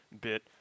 bit